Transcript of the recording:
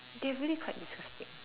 they are really quite disgusting